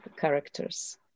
characters